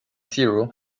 zero